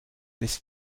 this